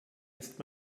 ist